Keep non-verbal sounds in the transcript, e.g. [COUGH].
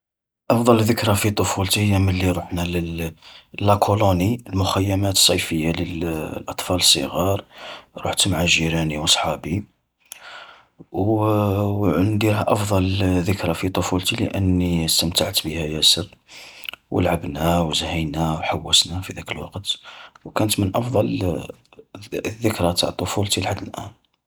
أفضل ذكرى في طفولتي هي من اللي رحنا لل [HESITATION] لاكولوني المخيمات الصيفية لل [HESITATION] أطفال الصغار، رحت مع جيراني وصحابي. [HESITATION] وعندي أفضل ذكرى في طفولتي لأنني استمتعت بها ياسر، ولعبنا وزهينا وحوسنا في ذلك الوقت، وكانت من أفضل [HESITATION] ذ-ذكرة تع طفولتي لحد الآن.